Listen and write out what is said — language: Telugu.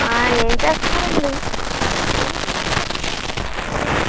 ఏం చేస్తున్నారండి ఏంటీ ఈ మధ్య అసలు కనిపించట్లేదు